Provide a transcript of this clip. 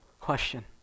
Question